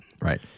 Right